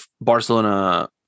Barcelona